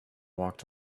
walked